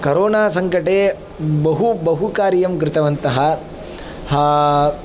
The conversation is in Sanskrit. करोनासङ्कटे बहु बहुकार्यं कृतवन्तः